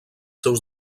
seus